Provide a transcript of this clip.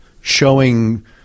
showing